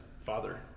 father